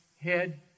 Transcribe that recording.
head